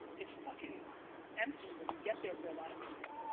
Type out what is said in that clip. it's fuckin' empty when you get there for a lot of people.